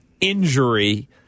injury